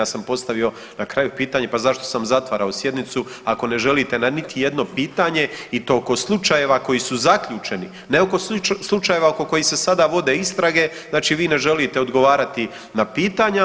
Ja sam postavio na kraju pitanje pa zašto sam zatvarao sjednicu ako ne želite niti na jedno pitanje i to kod slučajeva koji su zaključeni, ne oko slučajeva oko kojih se sada vode istrage, znači vi ne želite odgovarati na pitanja.